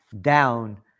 down